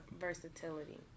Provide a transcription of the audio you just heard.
versatility